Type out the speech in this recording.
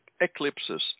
eclipses